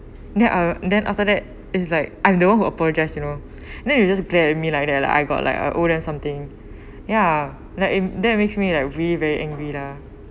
then I'll then after that is like I'm the one who apologise you know then he just glare at me like that lah I got like uh older something ya like it then it makes me like very very angry lah